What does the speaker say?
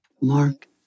mark